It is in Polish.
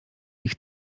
ich